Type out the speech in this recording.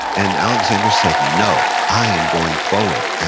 and alexander said, no, i am going forward. and